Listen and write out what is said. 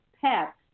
pets